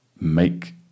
make